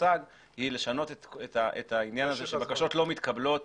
תושג - היא לשנות את העניין הזה שבקשות לא מתקבלות